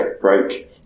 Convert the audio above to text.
break